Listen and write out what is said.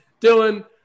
dylan